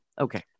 Okay